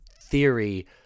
theory